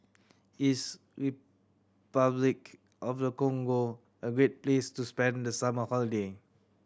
is Repuclic of the Congo a great place to spend the summer holiday